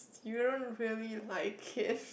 you don't really like it